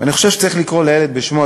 ואני חושב שצריך לקרוא לילד בשמו,